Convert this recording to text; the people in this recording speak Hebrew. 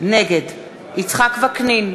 נגד יצחק וקנין,